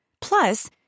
Plus